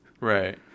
right